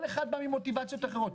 כל אחד בא ממוטיבציות אחרות.